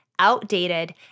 outdated